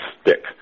stick